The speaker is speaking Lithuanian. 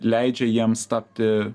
leidžia jiems tapti